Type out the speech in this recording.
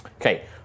Okay